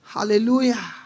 Hallelujah